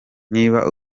niba